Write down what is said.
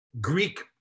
Greek